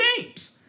games